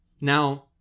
now